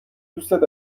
دوستت